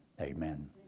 Amen